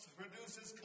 produces